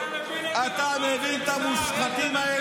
אתה מבין איזו, אתה מבין את המושחתים האלה?